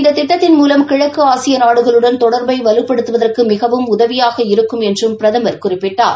இந்த திட்டத்தின் மூவம் கிழக்கு ஆசிய நாடுகளுடன் தொடர்பை வலுப்படுத்துவதற்கு மிகவும் உதவியாக இருக்கும் என்றும் பிரதமர் குறிப்பிட்டார்